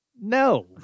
no